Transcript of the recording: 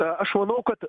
aš manau kad